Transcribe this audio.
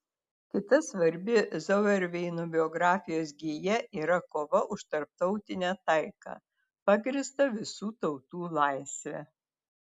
kita svarbi zauerveino biografijos gija yra kova už tarptautinę taiką pagrįstą visų tautų laisve